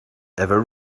ever